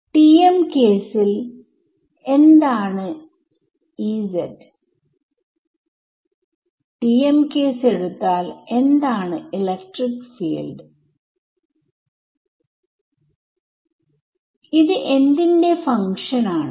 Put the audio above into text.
TM കേസിൽ എന്താണ് TM കേസ് എടുത്താൽ എന്താണ് ഇലക്ട്രിക് ഫീൽഡ് ഇത് എന്തിന്റെ ഫങ്ക്ഷൻ ആണ്